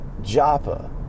japa